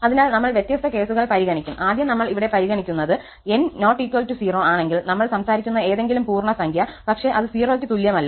അതിനാൽ ഞങ്ങൾ വ്യത്യസ്ത കേസുകൾ പരിഗണിക്കും ആദ്യം നമ്മൾ ഇവിടെ പരിഗണിക്കുന്നത് 𝑛 ≠ 0 ആണെങ്കിൽനമ്മൾ സംസാരിക്കുന്ന ഏതെങ്കിലും പൂർണ്ണസംഖ്യ പക്ഷെ അത് 0 ക്ക് തുല്യമല്ല